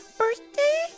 birthday